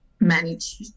manage